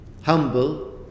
humble